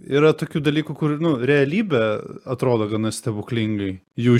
yra tokių dalykų kur nu realybė atrodo gana stebuklingai jų